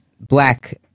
black